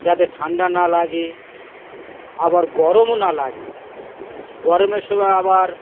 যাতে ঠান্ডা না লাগে আবার গরমও না লাগে গরমের সময় আবার